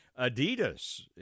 Adidas